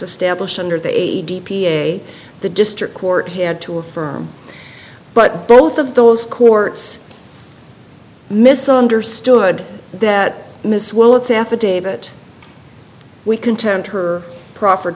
established under the age d p a the district court had to affirm but both of those courts misunderstood that miss willetts affidavit we contend her pro